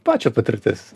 pačio patirtis